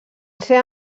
ser